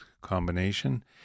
combination